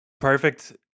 perfect